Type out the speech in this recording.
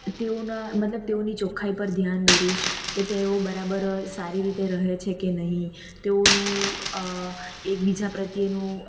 તેઓના મતલબ તેઓની ચોખ્ખાઈ પર ધ્યાન દોરીશ કે તેઓ બરાબર સારી રીતે રહે છે કે નહીં તેઓનું એકબીજા પ્રત્યેનું